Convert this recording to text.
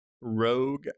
rogue